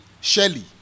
Shelley